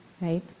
right